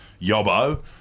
yobbo